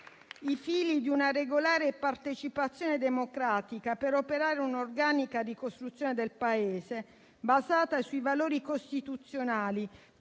i fili di una regolare partecipazione democratica, per operare un'organica ricostruzione del Paese, basata sui valori costituzionali,